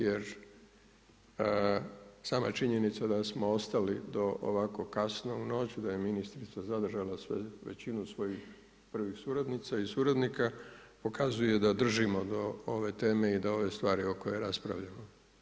Jer sama činjenica da smo ostali do ovako kasno u noć, da je ministrica zadržala većinu svojih prvih suradnica i suradnika, pokazuje da držimo do ove teme i do ovih stvari o kojima raspravljamo.